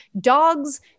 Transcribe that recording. dogs